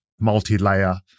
multi-layer